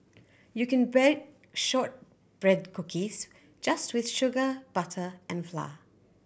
you can bake shortbread cookies just with sugar butter and flour